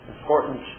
important